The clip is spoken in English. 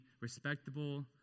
respectable